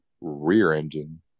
rear-engine